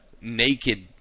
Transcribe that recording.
naked